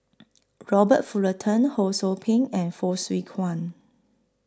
Robert Fullerton Ho SOU Ping and Fong Swee